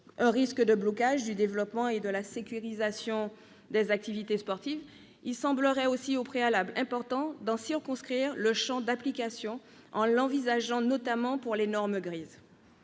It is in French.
un risque de blocage du développement et de la sécurisation des activités sportives, il semblerait au préalable important d'en circonscrire le champ d'application en l'envisageant notamment pour les « normes grises